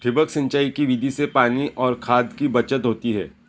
ठिबक सिंचाई की विधि से पानी और खाद की बचत होती है